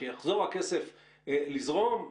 כשיחזור הכסף לזרום,